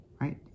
right